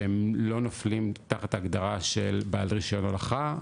שהם לא נופלים תחת ההגדרה של בעל רישיון הולכה,